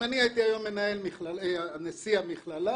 אם אני הייתי היום נשיא המכללה,